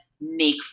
make